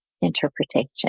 interpretation